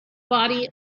body